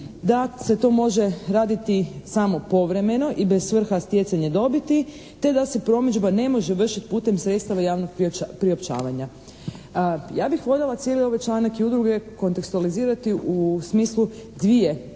da se to može raditi samo povremeno i bez svrha stjecanja dobiti te da se promidžba ne može vršiti putem sredstava javnog priopćavanja. Ja bih voljela cijeli ovaj članak i udruge kontekstualizirati u smislu dvije